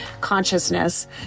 consciousness